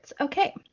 Okay